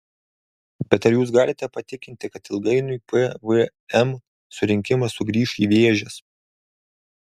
bet ar jūs galite patikinti kad ilgainiui pvm surinkimas sugrįš į vėžes